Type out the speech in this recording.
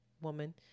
woman